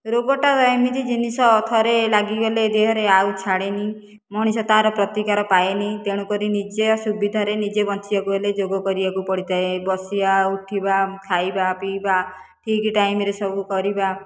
ରୋଗଟା ଏମିତି ଜିନିଷ ଥରେ ଲାଗିଗଲେ ଦେହରେ ଆଉ ଛାଡ଼େନି ମଣିଷ ତାର ପ୍ରତିକାର ପାଏନି ତେଣୁ କରି ନିଜ ସୁବିଧାରେ ନିଜେ ବଞ୍ଚିବାକୁ ହେଲେ ଯୋଗ କରିବାକୁ ପଡ଼ିଥାଏ ବସିବା ଉଠିବା ଖାଇବା ପିଇବା ଠିକ ଟାଇମରେ ସବୁ କରିବା